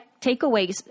takeaways